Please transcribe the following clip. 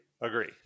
Agree